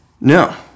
No